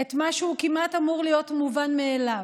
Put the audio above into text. את מה שהוא כמעט אמור להיות מובן מאליו,